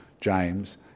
James